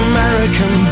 American